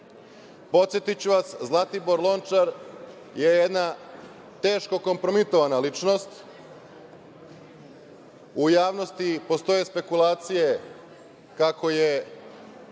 Lončar? Podsetiću vas, Zlatibor Lončar je jedna teško kompromitovana ličnost. U javnosti postoje spekulacije kako je